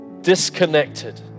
disconnected